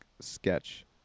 sketch